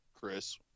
Chris